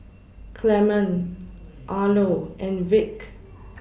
Clemon Arlo and Vic